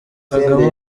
kagame